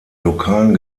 lokalen